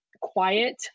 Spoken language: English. quiet